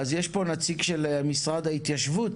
יש פה נציג של משרד ההתיישבות?